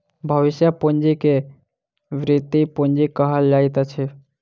भविष्य पूंजी के वृति पूंजी कहल जाइत अछि